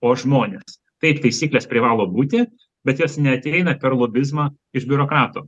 o žmonės taip taisyklės privalo būti bet jos neateina per lobizmą iš biurokratų